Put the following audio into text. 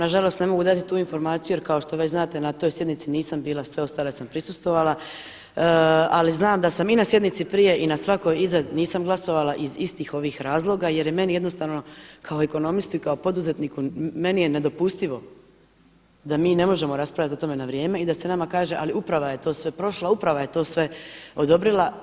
Ja vam nažalost ne mogu dati tu informaciju jer kao što već znate na toj sjednici nisam bila, sve ostale sam prisustvovala ali znam da sam i na sjednici prije i na svakoj iza nisam glasovala iz istih ovih razloga jer je meni jednostavno kao ekonomistu i kao poduzetniku, meni je nedopustivo da mi ne možemo raspravljati o tome na vrijeme i da se nama kaže ali uprav je to sve prošla, uprava je to sve odobrila.